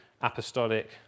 apostolic